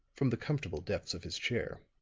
from the comfortable depths of his chair.